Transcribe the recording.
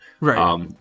Right